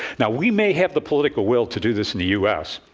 now, we may have the political will to do this in the u s,